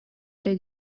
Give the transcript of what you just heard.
эрэ